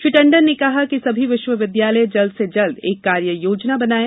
श्री टंडन ने कहा कि सभी विष्वविद्यालय जल्द से जल्द एक कार्ययोजना बनाएं